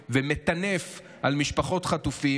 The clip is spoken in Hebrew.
ומטנף על משפחות חטופים,